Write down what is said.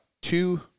two